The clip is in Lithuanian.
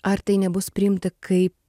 ar tai nebus priimta kaip